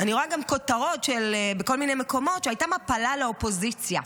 אני רואה גם כותרות בכל מיני מקומות שהייתה מפלה לאופוזיציה.